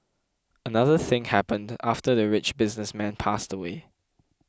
another thing happened after the rich businessman passed away